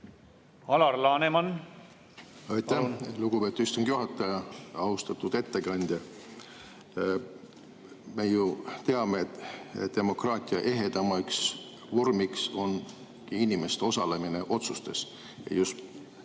Alar Laneman. Aitäh, lugupeetud istungi juhataja! Austatud ettekandja! Me ju teame, et demokraatia ehedaimaks vormiks on inimeste osalemine otsustes,